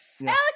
alex